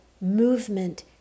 movement